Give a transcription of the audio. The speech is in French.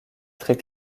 très